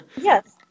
Yes